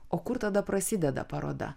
o kur tada prasideda paroda